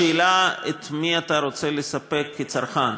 השאלה, את מי אתה רוצה לספק כצרכן.